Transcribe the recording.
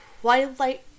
Twilight